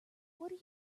what